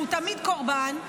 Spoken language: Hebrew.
שהוא תמיד קורבן,